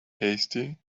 hasty